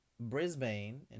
brisbane